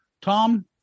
Tom